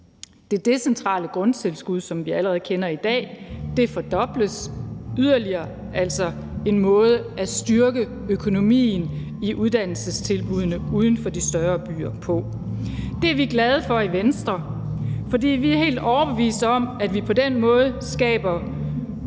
Det decentrale grundtilskud, som vi allerede kender i dag, fordobles yderligere, altså som en måde at styrke økonomien i uddannelsestilbuddene uden for de større byer på. Det er vi glade for i Venstre, for vi er helt overbeviste om, at man på den måde skaber